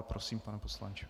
Prosím, pane poslanče.